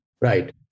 Right